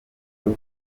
zayo